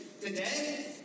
Today